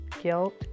guilt